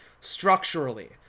Structurally